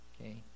Okay